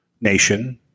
nation